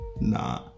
nah